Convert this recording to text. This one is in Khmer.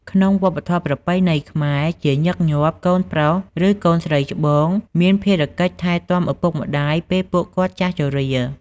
ក្នុងវប្បធម៌ប្រពៃណីខ្មែរ ជាញឹកញាប់កូនប្រុស ឬកូនស្រីច្បងមានភារកិច្ចថែទាំឪពុកម្តាយពេលពួកគាត់ចាស់ជរា។